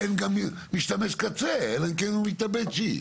אין גם משתמש קצה, אלא אם כן הוא מתאבד שיעי.